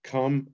Come